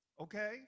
Okay